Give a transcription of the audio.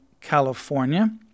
California